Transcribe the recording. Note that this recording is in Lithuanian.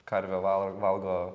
karvė val valgo